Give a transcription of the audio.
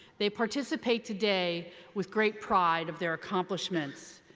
they participate today with great pride of their accomplishments.